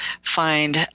find